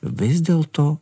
vis dėlto